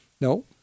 No